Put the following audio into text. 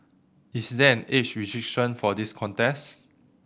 is there an age restriction for this contest